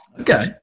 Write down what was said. Okay